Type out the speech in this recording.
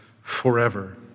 forever